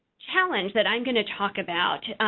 challenge that i'm going to talk about,